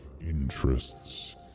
interests